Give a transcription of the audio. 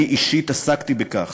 אני אישית עסקתי בכך,